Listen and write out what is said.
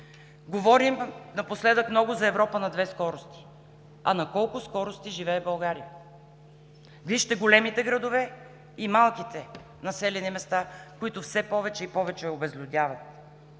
Говорим напоследък много за Европа на две скорости, а на колко скорости живее България? Вижте големите градове и малките населени места, които все повече и повече обезлюдяват.